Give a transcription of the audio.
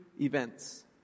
events